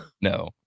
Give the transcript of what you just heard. no